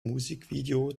musikvideo